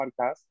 podcast